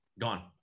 gone